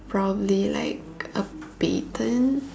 probably like a baton